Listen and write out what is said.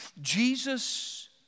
Jesus